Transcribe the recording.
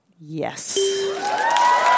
Yes